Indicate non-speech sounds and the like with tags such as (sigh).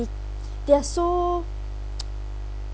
they they are so (noise)